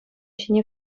ҫине